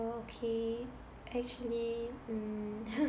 okay actually mm